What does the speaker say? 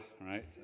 right